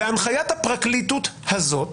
והנחיית הפרקליטות הזאת